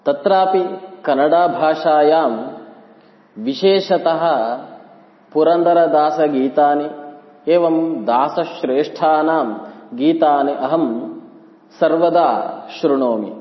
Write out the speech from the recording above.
तत्रापि कन्नडाभाषायां विशेषतः पुरन्दरदासगीतानि एवं दासश्रेष्ठानां गीतानि अहं सर्वदा शृणोमि